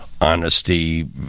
honesty